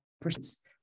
persons